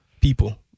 people